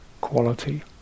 quality